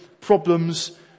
problems